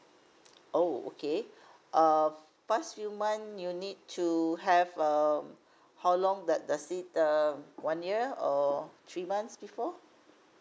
oh okay err past few month you need to have um how long that does it err one year or three months before